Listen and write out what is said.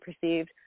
perceived